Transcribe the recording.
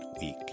week